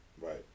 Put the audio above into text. right